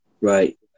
Right